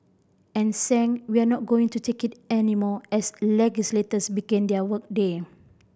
and sang We're not going to take it anymore as legislators began their work day